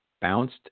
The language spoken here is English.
bounced